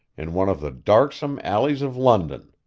in one of the darksome alleys of london.